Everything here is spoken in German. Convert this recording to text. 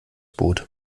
boot